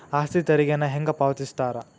ಆಸ್ತಿ ತೆರಿಗೆನ ಹೆಂಗ ಪಾವತಿಸ್ತಾರಾ